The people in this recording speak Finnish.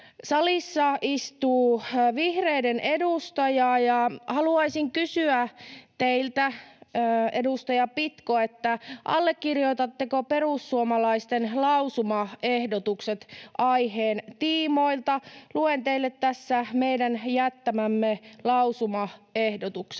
Salissa istuu vihreiden edustaja, ja haluaisin kysyä teiltä, edustaja Pitko: allekirjoitatteko perussuomalaisten lausumaehdotukset aiheen tiimoilta? Luen teille tässä meidän jättämämme lausumaehdotukset: